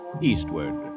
eastward